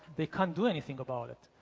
they can't do anything about it.